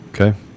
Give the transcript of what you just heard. Okay